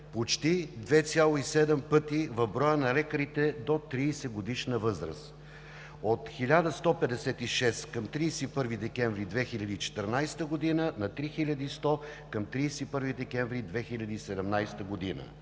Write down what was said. почти 2,7 пъти в броя на лекарите до 30-годишна възраст – от 1156 към 31 декември 2014 г. на 3100 към 31 декември 2017 г.